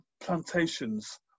plantations